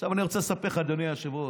עכשיו אני רוצה לספר לך, אדוני היושב-ראש,